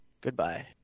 Goodbye